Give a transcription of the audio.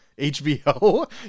HBO